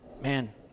man